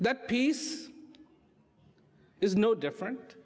that peace is no different